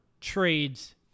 trades